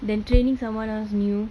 than training someone else new